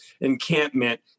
encampment